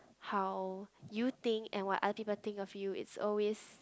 how you think and what other people think of you it's always